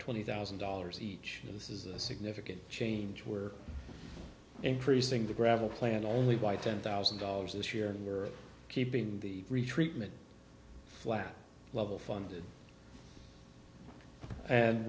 twenty thousand dollars each and this is a significant change where increasing the gravel plan only by ten thousand dollars this year and we are keeping the retreatment flat level funded and